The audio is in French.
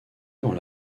dans